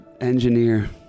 Engineer